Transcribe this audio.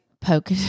poke